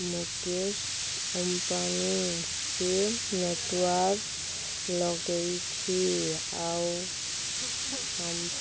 ମୁକେଶ ଅମ୍ବାନୀ ସେ ନେଟୱାର୍କ୍ ଲଗେଇଛି ଆଉ